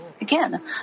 Again